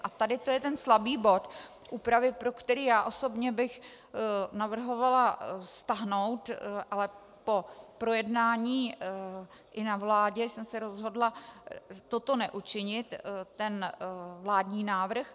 A tady to je ten slabý bod úpravy, pro který já osobně bych navrhovala stáhnout ale po projednání i na vládě jsem se rozhodla toto neučinit ten vládní návrh.